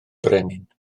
brenin